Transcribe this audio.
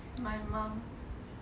my mum